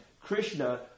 Krishna